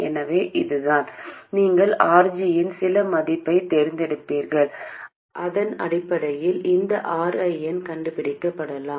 எனவே அதுதான் நீங்கள் RG இன் சில மதிப்பைத் தேர்ந்தெடுத்திருப்பீர்கள் அதன் அடிப்படையில் இந்த RIN கண்டுபிடிக்கலாம்